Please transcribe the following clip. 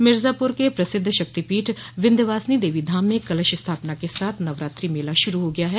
मिर्जापुर के प्रसिद्ध शक्तिपीठ विन्ध्यवासिनी देवी धाम में कलश स्थापना के साथ नवरात्रि मेला शुरू हो गया है